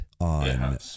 on